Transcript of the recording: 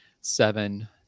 seven